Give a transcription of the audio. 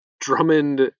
Drummond